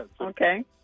Okay